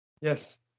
Yes